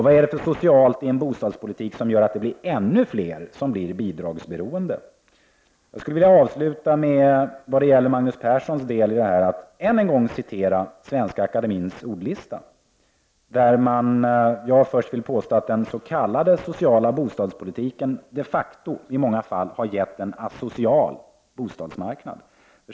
Vad är det för socialt i en bostadspolitik som gör att det blir ännu fler som blir bidragsberoende? Apropå Magnus Perssons inlägg skulle jag vilja avsluta med att än en gång citera Svenska akademiens ordlista. Först vill jag påstå att den s.k. sociala bostadspolitiken de facto i många fall har gett en asocial bostadsmarknad.